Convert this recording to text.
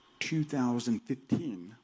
2015